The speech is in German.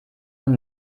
und